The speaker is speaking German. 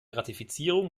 ratifizierung